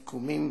סיכומים,